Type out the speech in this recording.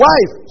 Wife